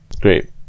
Great